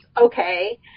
okay